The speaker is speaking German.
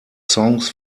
songs